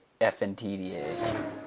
FNTDA